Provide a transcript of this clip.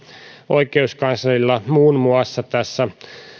oikeuskanslerilla muun muassa tässä